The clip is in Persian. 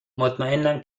مطمئنم